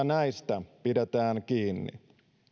näistä pidetään kiinni